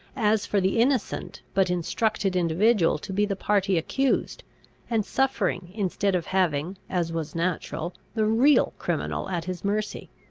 as for the innocent but instructed individual to be the party accused and suffering, instead of having, as was natural, the real criminal at his mercy.